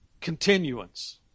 Continuance